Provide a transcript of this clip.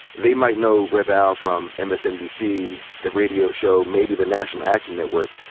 they might know rev al from ah msnbc, the radio show, maybe the national action network.